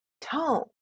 tone